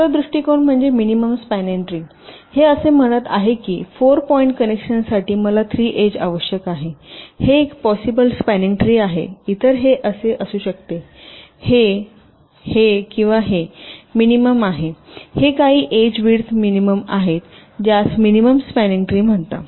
दुसरा दृष्टिकोन म्हणजे मिनिमम स्पॅनिंग ट्री हे असे म्हणत आहे की 4 पॉईंट कनेक्शनसाठी मला 3 एज आवश्यक आहेत हे एक पॉसिबल स्पॅनिंग ट्री आहे इतर हे असू शकते हे हे किंवा हे मिनिमम आहे हे काही एज विड्थ मिनिमम आहे ज्यास मिनिमम स्पॅनिंग ट्री म्हणतात